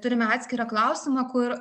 turime atskirą klausimą kur